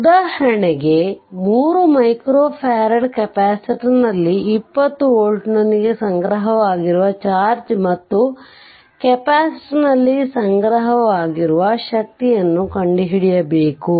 ಉದಾಹರಣೆಗೆ ಅದು 3 F ಕೆಪಾಸಿಟರ್ನಲ್ಲಿ 20 ವೋಲ್ಟ್ನೊಂದಿಗೆ ಸಂಗ್ರಹವಾಗಿರುವ ಚಾರ್ಜ್ ಮತ್ತು ಕೆಪಾಸಿಟರ್ನಲ್ಲಿ ಸಂಗ್ರಹವಾಗಿರುವ ಶಕ್ತಿಯನ್ನು ಕಂಡುಹಿಡಿಯಬೇಕು